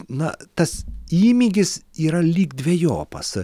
na tas įmygis yra lyg dvejopas